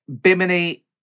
Bimini